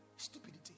stupidity